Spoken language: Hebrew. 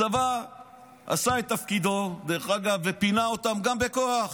הצבא עשה את תפקידו ופינה אותם, גם בכוח.